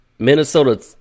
Minnesota